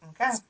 Okay